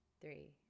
three